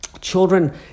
Children